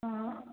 ആ